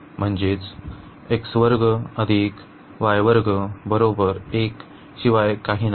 तर हे वक्रम्हणजे शिवाय काही नाही